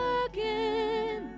again